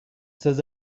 says